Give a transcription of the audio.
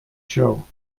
show